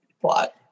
plot